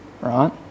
right